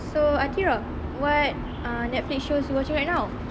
so athirah what ah netflix shows you watching right now